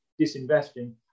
disinvesting